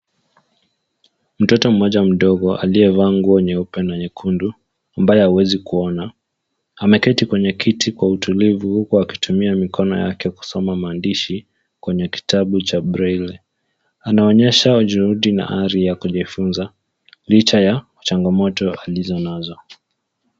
Mtoto mmoja mdogo aliyevaa nguo nyeupe na nyekundu ambaye hawezi kuona ameketi kwenye kiti kwa utulivu huku akitumia mikono yake kusoma maandishi kwenye kitabu cha braille .Anaonyesha juhudi na hari ya kujfunza licha ya changamoto alizonazo.